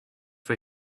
for